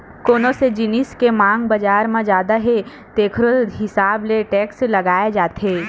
कोन से जिनिस के मांग बजार म जादा हे तेखरो हिसाब ले टेक्स लगाए जाथे